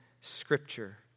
Scripture